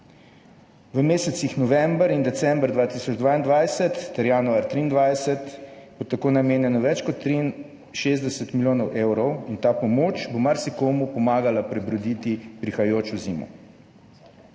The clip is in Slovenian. V mesecih november in december 2022 ter januar 2023 bo tako namenjenih za pomoč več kot 63 milijonov evrov. Ta pomoč bo marsikomu pomagala prebroditi prihajajočo zimo.